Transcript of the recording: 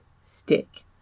stick